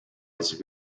its